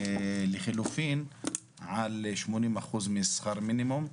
ולחלופין על 80% משכר המינימום,